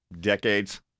Decades